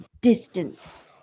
distance